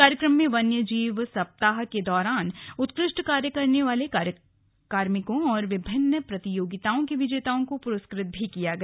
कार्यक्रम में वन्य जीव सप्ताह के दौरान उत्कृष्ट कार्य करने वाले कार्मिकों और विभिन्न प्रतियोगिताओं के विजेताओं को पुरस्कृत भी किया गया